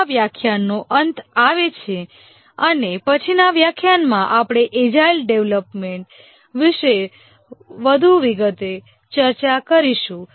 આ વ્યાખ્યાનનો અંત આવે છે અને પછીના વ્યાખ્યાનમાં આપણે એજાઇલ ડેવલપમેન્ટ મોડેલ વિશે વધુ વિગતોની ચર્ચા કરીશું